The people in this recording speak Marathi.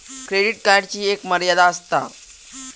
क्रेडिट कार्डची एक मर्यादा आसता